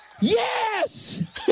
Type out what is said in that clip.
Yes